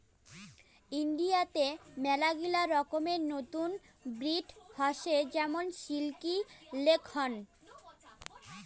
ইন্ডিয়াতে মেলাগিলা রকমের নতুন ব্রিড হসে যেমন সিল্কি, লেগহর্ন